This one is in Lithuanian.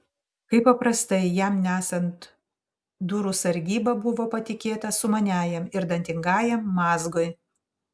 kaip paprastai jam nesant durų sargyba buvo patikėta sumaniajam ir dantingajam mazgui